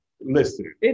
Listen